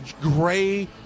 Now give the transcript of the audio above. gray